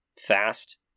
fast